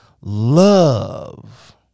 Love